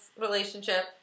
relationship